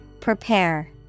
Prepare